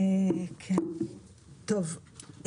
טוב,